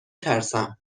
ترسم